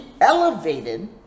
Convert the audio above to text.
elevated